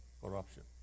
Corruption